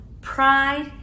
Pride